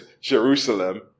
Jerusalem